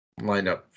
lineup